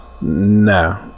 No